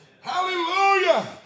Hallelujah